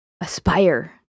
aspire